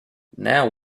now